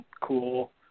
cool